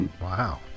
Wow